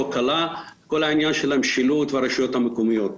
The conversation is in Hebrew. קלה כל העניין של המשילות והרשויות המקומיות.